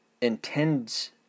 intends